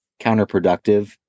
counterproductive